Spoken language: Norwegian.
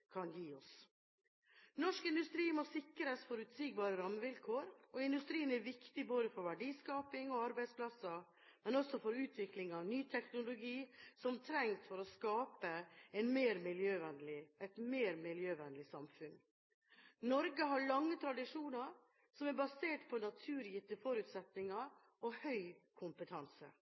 kan gi oss. Norsk industri må sikres forutsigbare rammevilkår. Industrien er viktig både for verdiskaping og arbeidsplasser, men også for utvikling av ny teknologi som trengs for å skape et mer miljøvennlig samfunn. Norge har lange tradisjoner som er basert på naturgitte forutsetninger og høy kompetanse.